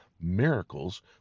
miracles